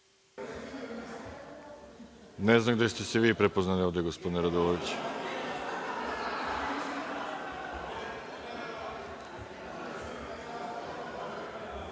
Ne znam gde ste se vi prepoznali gospodine Raduloviću.